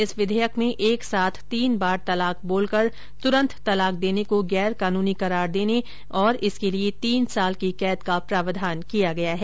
इस विधेयक में एक साथ तीन बार तलाक बोलकर तूरंत तलाक देने को गैर कानूनी करार देने और इसके लिए तीन साल की कैद का प्रावधान किया गया है